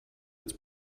its